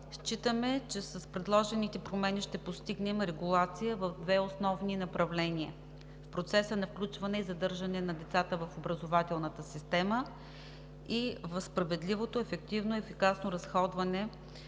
Считаме, че с предложените промени ще постигнем регулация в две основни направления: в процеса на включване и задържане на децата в образователната система и, второ, в справедливото, ефективно и ефикасно изразходване на